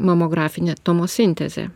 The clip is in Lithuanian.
mamografinė tomosintezė